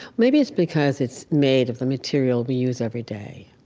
maybe it's because it's made of the material we use every day,